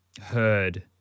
heard